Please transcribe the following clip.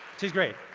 she's great.